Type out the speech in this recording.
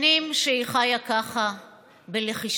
שנים שהיא חיה ככה בלחישות,